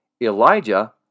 Elijah